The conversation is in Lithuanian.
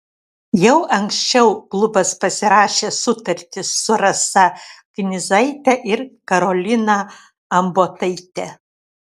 jau anksčiau klubas pasirašė sutartis su rasa knyzaite ir karolina ambotaite